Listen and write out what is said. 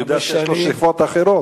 אני יודע שיש לו שאיפות אחרות,